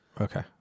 Okay